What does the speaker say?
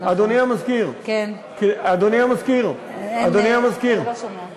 אדוני המזכיר, אדוני המזכיר, הוא לא שומע.